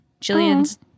Jillian's